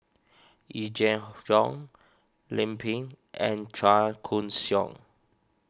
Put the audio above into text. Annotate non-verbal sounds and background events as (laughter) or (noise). Yee Jenn (noise) Jong Lim Pin and Chua Koon Siong